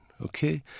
okay